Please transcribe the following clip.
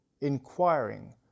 inquiring